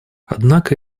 однако